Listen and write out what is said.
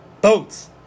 boats